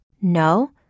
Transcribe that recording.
No